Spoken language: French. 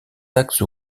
axes